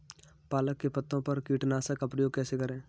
पालक के पत्तों पर कीटनाशक का प्रयोग कैसे करें?